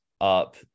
up